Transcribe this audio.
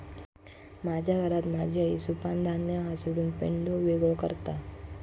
माझ्या घरात माझी आई सुपानं धान्य हासडून पेंढो वेगळो करता